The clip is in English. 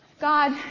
God